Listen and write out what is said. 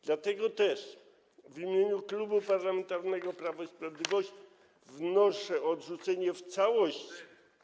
Dlatego też w imieniu Klubu Parlamentarnego Prawo i Sprawiedliwość wnoszę o odrzucenie w całości.